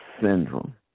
Syndrome